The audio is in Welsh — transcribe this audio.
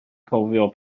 cofio